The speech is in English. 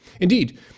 Indeed